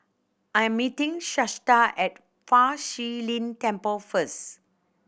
I am meeting Shasta at Fa Shi Lin Temple first